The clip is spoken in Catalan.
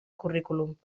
currículum